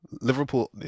Liverpool